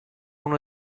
uno